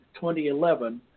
2011